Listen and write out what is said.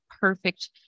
perfect